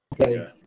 Okay